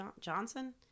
Johnson